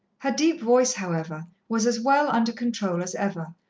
her deep voice, however, was as well under control as ever,